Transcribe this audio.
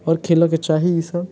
आओर खेलऽ के चाही ई सभ